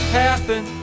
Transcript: happen